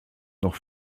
noch